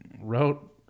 wrote